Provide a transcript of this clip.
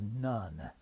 none